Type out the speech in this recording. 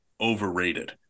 overrated